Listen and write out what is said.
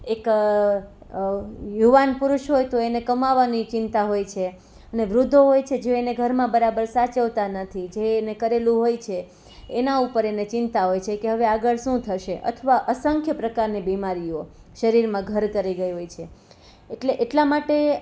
એક યુવાન પુરુષ હોય તો એને કમાવાની ચિંતા હોય છે અને વૃદ્ધો હોય છે જે એને એને ઘરમાં બરાબર સાચવતા નથી જે એને કરેલું હોય છે એના ઉપર એને ચિંતા હોય છે કે હવે આગળ શું થશે અથવા અસંખ્ય પ્રકારની બીમારીઓ શરીરમાં ઘર કરી ગઈ હોય છે એટલે એટલા માટે